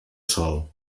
sol